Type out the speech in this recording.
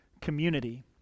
community